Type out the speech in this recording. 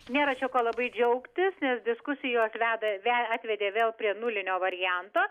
nėra ko labai džiaugtis nes diskusijos veda ve atvedė vėl prie nulinio varianto